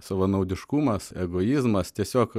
savanaudiškumas egoizmas tiesiog